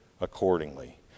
accordingly